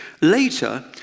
Later